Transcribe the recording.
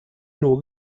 nur